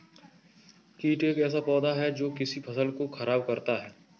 कीट एक ऐसा पौधा है जो की फसल को खराब करता है